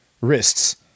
wrists